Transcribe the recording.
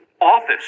office